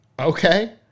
Okay